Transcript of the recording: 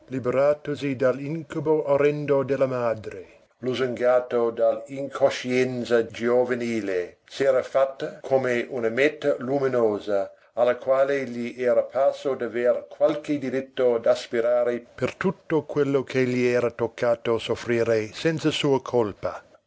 liberatosi dall'incubo orrendo della madre lusingato dall'incoscienza giovanile s'era fatta come una meta luminosa alla quale gli era parso d'aver qualche diritto d'aspirare per tutto quello che gli era toccato soffrire senza sua colpa